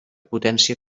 potència